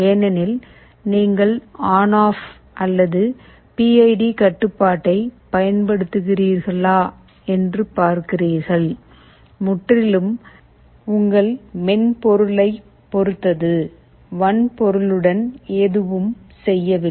ஏனெனில் நீங்கள் on off அல்லது பி ஐ டி கட்டுப்பாட்டைப் பயன்படுத்துகிறீர்களா என்று பார்க்கிறீர்கள் முற்றிலும் உங்கள் மென்பொருளைப் பொறுத்தது வன்பொருளுடன் எதுவும் செய்யவில்லை